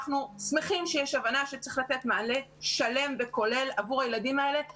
אנחנו שמחים שיש הבנה שצריך מענה שלם וכולל לילדים האלה שנזנחו.